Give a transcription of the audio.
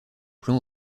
plan